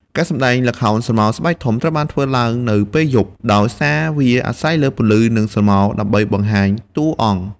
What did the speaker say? ការសម្តែងល្ខោនស្រមោលស្បែកធំត្រូវបានធ្វើឡើងនៅពេលយប់ ដោយសារវាអាស្រ័យលើពន្លឺ និងស្រមោលដើម្បីបង្ហាញតួអង្គ។